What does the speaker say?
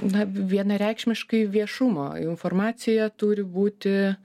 na vienareikšmiškai viešumo informacija turi būti